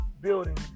building